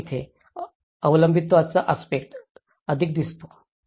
तर इथेच अवलंबित्वाचा आस्पेक्ट अधिक दिसतो